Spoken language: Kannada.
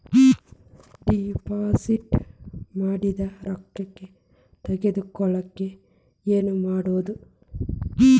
ಡಿಪಾಸಿಟ್ ಮಾಡಿದ ರೊಕ್ಕ ತಗೋಳಕ್ಕೆ ಏನು ಮಾಡೋದು?